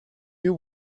you